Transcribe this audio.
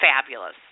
fabulous